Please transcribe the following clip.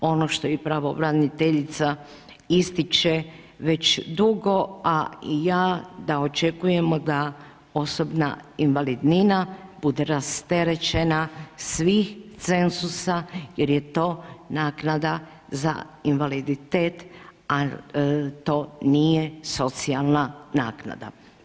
Ono što je upravo i pravobraniteljica ističe, već dugo, a i ja da očekujemo da osobna invalidnina bude rasterećena svih cenzusa jer je to naknada za invaliditet a to nije socijalna naknada.